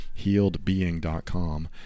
HealedBeing.com